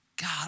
God